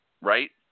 right